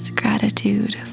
gratitude